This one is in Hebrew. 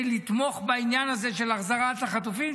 לתמוך בעניין הזה של החזרת החטופים,